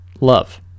love